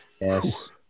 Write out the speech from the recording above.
Yes